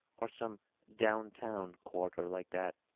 or some down-town quarter like that,